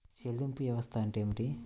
చెల్లింపు వ్యవస్థ అంటే ఏమిటి?